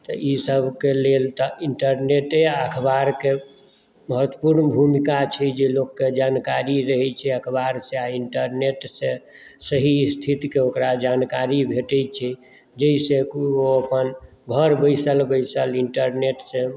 ई सभके लेल तऽ इण्टरनेटे या अखबारकेँ महत्वपुर्ण भुमिका छै जे लोककेँ जानकारी रहै छै अखबार सॅं आ इण्टरनेट सॅं सही स्थितिके ओकरा जानकारी भेटै छै जाहि सॅं कि ओ अपन घर बैसल बैसल इण्टरनेट सॅं